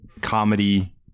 comedy